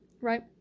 right